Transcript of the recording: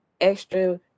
extra